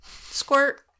Squirt